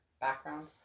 background